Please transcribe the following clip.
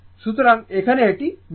সুতরাং এখানে এটি মিলছে